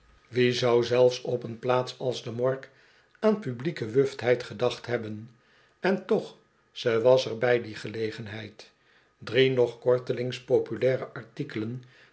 wie zou zelfs op een plaats als de morgue aan publieke wuftheid gedacht hebben en toch ze was er bij die gelegenheid drie nog kortelings populaire artikelen